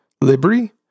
Libri